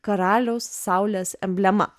karaliaus saulės emblema